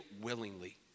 willingly